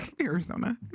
Arizona